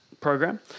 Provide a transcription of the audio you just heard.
program